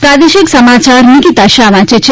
પ્રાદેશિક સમાયાર નિકિતા શાહ વાંચે છે